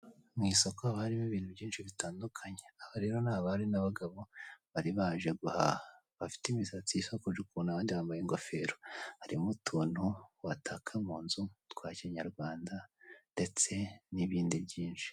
Mu isoko haba harimo ibintu byinshi bitandukanye, aba rero ni abari n'abagabo bari baje guhaha, bafite imisatsi isokoje ukuntu, abandi bambaye ingofero, harimo utuntu wataka mu nzu twa kinyarwanda ndetse n'ibindi byinshi.